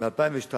ב-2002